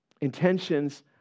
Intentions